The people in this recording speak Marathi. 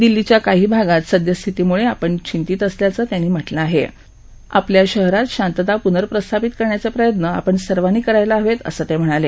दिल्लीच्या काही भागात सद्यस्थितीम्ळे आपण चिंतीत असल्याचं त्यांनी म्हटलं आहेत्र आपल्या शहरात शांतता पुनर्प्रस्थापित करण्याचे प्रयत्न आपण सर्वांनी करायला हवेत असं ते म्हणाले